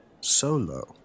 Solo